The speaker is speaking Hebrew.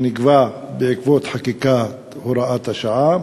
1. מה הוא הסכום שנגבה בעקבות חקיקת הוראת השעה?